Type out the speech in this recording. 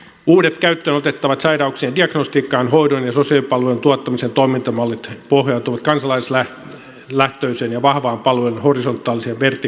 uudet käyttöön otettavat sairauksien diagnostiikan hoidon ja sosiaalipalvelujen tuottamisen toimintamallit pohjautuvat kansalaislähtöiseen ja vahvaan palvelujen horisontaaliseen ja vertikaaliseen integraatioon